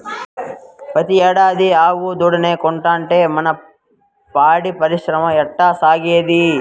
పెతీ ఏడాది ఆవు కోడెదూడనే కంటాంటే మన పాడి పరిశ్రమ ఎట్టాసాగేది